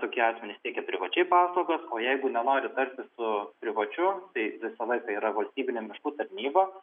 tokie asmenys teikia privačiai paslaugas o jeigu nenori tartis su privačiu tai visą laiką yra valstybinė miškų tarnyba